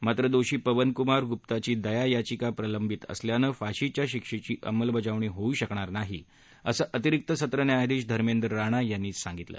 मात्र दोषी पवनकुमार गुप्ताची दया याचिका प्रलंबित असल्यानं फाशीच्या शिक्षेची अंमलबजावणी होऊ शकणार नाही असं अतिरिक्त सत्र न्यायाधीश धर्मेदर राणा यांनी सांगितलं